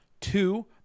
Two